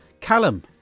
Callum